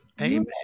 Amen